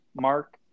mark